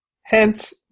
Hence